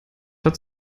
hat